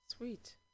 Sweet